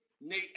Nate